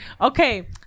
Okay